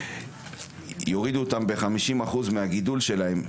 יורידו אותם ב50% מהגידול שלהם,